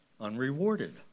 unrewarded